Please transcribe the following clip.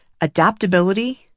adaptability